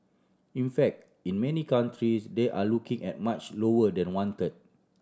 in fact in many countries they are looking at much lower than one third